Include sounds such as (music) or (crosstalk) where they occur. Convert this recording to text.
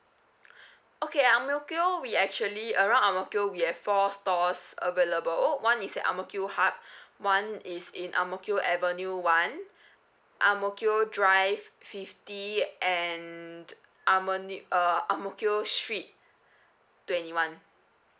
(breath) okay ang mo kio we actually around ang mo kio we have four stores available one is at ang mo kio hub (breath) one is in ang mo kio avenue one (breath) ang mo kio drive fifty and amoni~ uh ang mo kio street twenty one